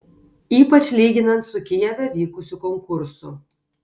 ypač lyginant su kijeve vykusiu konkursu